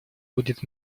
будет